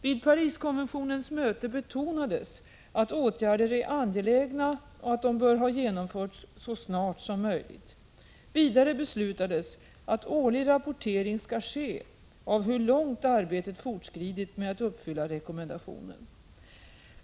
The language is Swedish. Vid Pariskonventionens möte betonades att åtgärder är angelägna och att de bör ha vidtagits så snart som möjligt. Vidare beslutades att årlig rapportering skall ske om hur långt arbetet med att uppfylla rekommendationen fortskridit.